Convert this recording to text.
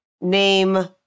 name